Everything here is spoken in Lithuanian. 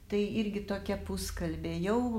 tai irgi tokia puskalbė jau